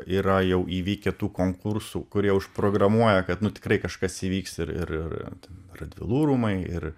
yra jau įvykę tų konkursų kurie užprogramuoja kad nu tikrai kažkas įvyks ir ir ir ten radvilų rūmai ir